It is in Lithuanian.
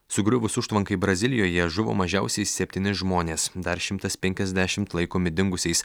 sugriuvus užtvankai brazilijoje žuvo mažiausiai septyni žmonės dar šimtas penkiasdešimt laikomi dingusiais